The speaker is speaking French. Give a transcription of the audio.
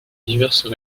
diverses